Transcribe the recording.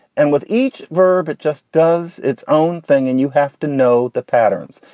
and with each verb, it just does its own thing. and you have to know the patterns.